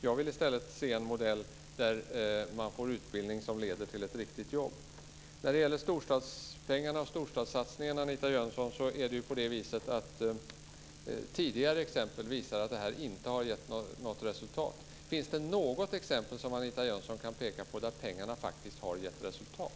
Jag vill i stället se en modell där man får en utbildning som leder till ett riktigt jobb. Tidigare exempel, Anita Jönsson, visar att storstadspengarna och storstadssatsningen inte har gett resultat. Kan Anita Jönsson peka på något exempel på att pengarna faktiskt har gett resultat?